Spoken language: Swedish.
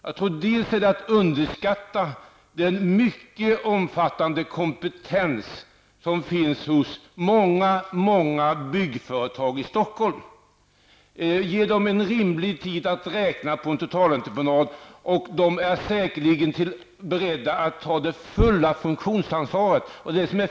Det vore att underskatta den mycket omfattande kompetens som finns hos väldigt många byggföretag i Stockholm. Ge dessa byggföretag en rimlig tid att räkna på en totalentreprenad! De är säkerligen beredda att ta det fulla funktionsansvaret.